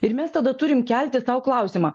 ir mes tada turim kelti sau klausimą